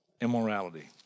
immorality